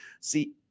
see